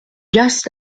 just